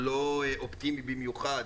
לא אופטימי במיוחד